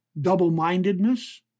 double-mindedness